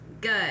Good